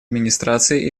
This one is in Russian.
администрацией